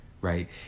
right